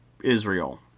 Israel